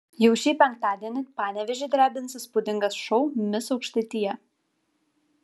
jau šį penktadienį panevėžį drebins įspūdingas šou mis aukštaitija